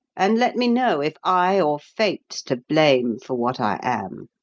and let me know if i or fate's to blame for what i am.